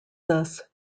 thus